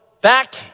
back